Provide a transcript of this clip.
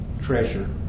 treasure